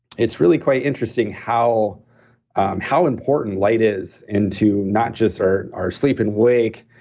it's really quite interesting how how important light is into not just our our sleep and wake,